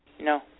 No